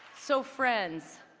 so friends,